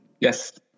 Yes